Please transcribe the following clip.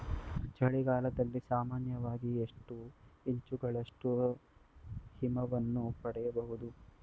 ಚಳಿಗಾಲದಲ್ಲಿ ಸಾಮಾನ್ಯವಾಗಿ ಎಷ್ಟು ಇಂಚುಗಳಷ್ಟು ಹಿಮವನ್ನು ಪಡೆಯಬಹುದು?